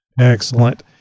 Excellent